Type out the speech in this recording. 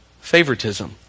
favoritism